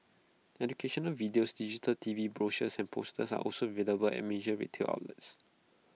educational videos digital T V brochures and posters are also available at major retail outlets